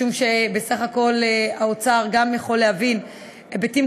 משום שבסך הכול האוצר גם יכול להבין היבטים